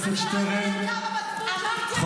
אני לא עובדת אצל אף בוס,